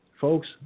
Folks